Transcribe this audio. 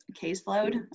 caseload